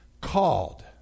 called